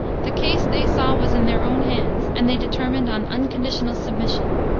the case, they saw, was in their own hands, and they determined on unconditional submission.